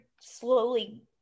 slowly